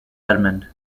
edmund